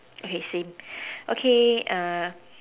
okay same okay